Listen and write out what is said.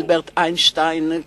אלברט איינשטיין,